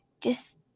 just-